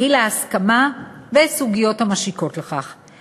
גיל ההסכמה וסוגיות המשיקות לכך.